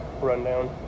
rundown